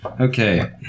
Okay